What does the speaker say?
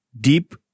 Deep